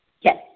Yes